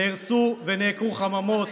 נהרסו ונעקרו חממות,